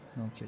Okay